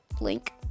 link